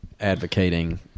advocating